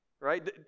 right